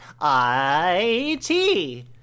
I-T